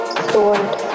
stored